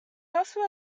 also